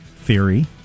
theory